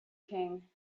king